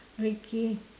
okay